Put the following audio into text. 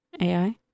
AI